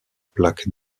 plaques